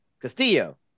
Castillo